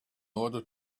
order